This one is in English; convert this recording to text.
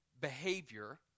behavior